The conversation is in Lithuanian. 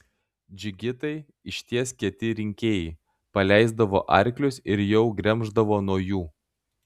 džigitai iš ties kieti rinkėjai paleisdavo arklius ir jau gremždavo nuo jų